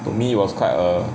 for me was quite a